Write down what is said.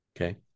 Okay